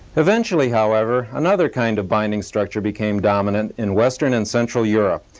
eventually, however, another kind of binding structure became dominant in western and central europe,